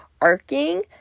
arcing